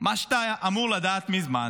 מה שאתה אמור לדעת מזמן